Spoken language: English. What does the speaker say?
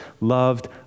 loved